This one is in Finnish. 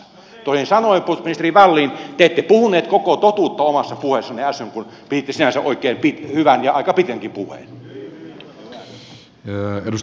toisin sanoen puolustusministeri wallin te ette puhunut koko totuutta omassa puheessanne äsken kun piditte sinänsä oikein hyvän ja aika pitkänkin puheen